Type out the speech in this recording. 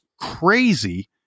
crazy